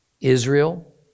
Israel